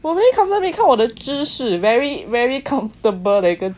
我 very comfortable 你看我的姿势 very very comfortable 的一个姿势